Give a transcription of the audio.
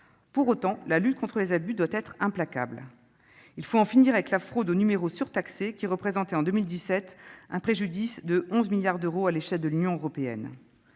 Pour autant, la lutte contre les abus doit être implacable. Il faut en finir avec la fraude aux numéros surtaxés, qui représentait, en 2017, un préjudice de 11 milliards d'euros à l'échelle de l'Union européenne.